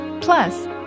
plus